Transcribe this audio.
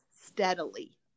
steadily